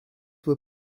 were